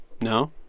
No